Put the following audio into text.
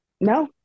No